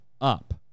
up